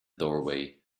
doorway